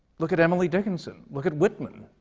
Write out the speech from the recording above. look at emily dickinson. look at whitman.